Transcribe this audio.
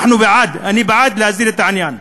אנחנו בעד, אני בעד, להסדיר את העניין.